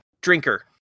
drinker